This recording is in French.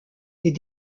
est